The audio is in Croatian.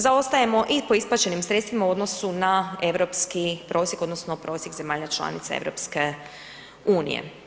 Zaostajemo i po isplaćenim sredstvima u odnosu na europski prosjek odnosno prosjek zemalja članica EU-a.